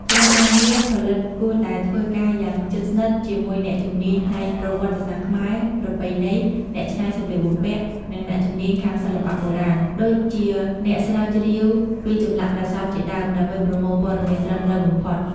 ក្រុមការងារផលិតគួរតែធ្វើការយ៉ាងជិតស្និទ្ធជាមួយអ្នកជំនាញផ្នែកប្រវត្តិសាស្ត្រខ្មែរ ប្រពៃណី អ្នកច្នៃសម្លៀកបំពាក់ និងអ្នកជំនាញខាងសិល្បៈបុរាណ ដូចជាអ្នកស្រាវជ្រាវពីចម្លាក់ប្រាសាទជាដើម ដើម្បីប្រមូលព័ត៌មានត្រឹមត្រូវបំផុត ។